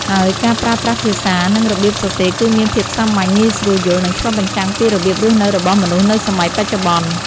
ហើយការប្រើប្រាស់ភាសា និងរបៀបសរសេរគឺមានភាពសាមញ្ញ ងាយស្រួលយល់ និងឆ្លុះបញ្ចាំងពីរបៀបរស់នៅរបស់មនុស្សនៅសម័យបច្ចុប្បន្ន។